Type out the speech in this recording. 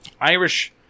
Irish